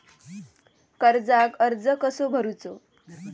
कर्जाक अर्ज कसो करूचो?